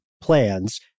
plans